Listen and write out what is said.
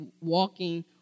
walking